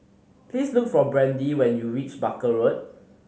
please look for Brandy when you reach Barker Road